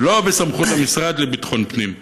ולא בסמכות המשרד לביטחון הפנים,